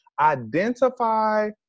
identify